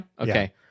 Okay